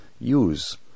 use